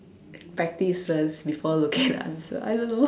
practice first before looking at the answer I don't know